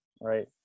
Right